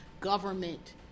government